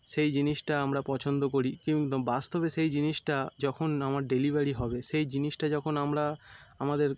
সেই জিনিসটা আমরা পছন্দ করি কিন্তু বাস্তবে সেই জিনিসটা যখন আমার ডেলিভারি হবে সেই জিনিসটা যখন আমরা আমাদের